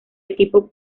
equipo